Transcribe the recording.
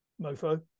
mofo